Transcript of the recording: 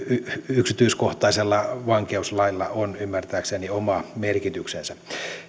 yksityiskohtaisella vankeuslailla on ymmärtääkseni oma merkityksensä